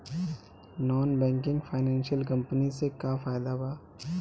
Non banking financial company से का फायदा बा?